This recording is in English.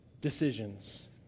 decisions